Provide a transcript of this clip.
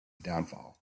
downfall